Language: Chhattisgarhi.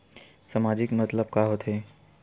सामाजिक मतलब का होथे?